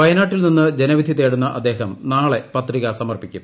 വയനാട്ടിൽ നിന്ന് ജനവിധി തേടുന്ന അദ്ദേഹം നാളെ പത്രിക സമർപ്പിക്കും